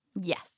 Yes